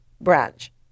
branch